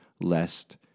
lest